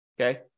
okay